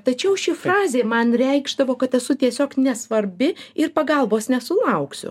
tačiau ši frazė man reikšdavo kad esu tiesiog nesvarbi ir pagalbos nesulauksiu